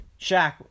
Shaq